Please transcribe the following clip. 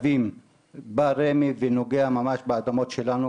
פה הדיון הוא על היישובים הדרוזיים והצ'רקסיים,